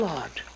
Lord